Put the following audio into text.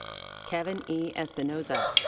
kevin e. espinoza.